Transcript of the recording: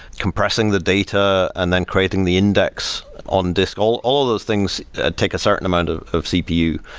compressing the data and then crating the index on this. all all of those things take a certain amount of of cpu,